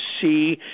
see